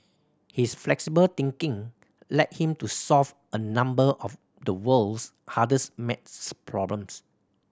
his flexible thinking led him to solve a number of the world's hardest maths problems